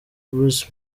bruce